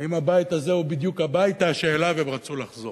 האם הבית הזה הוא בדיוק הבית שאליו הם רצו לחזור?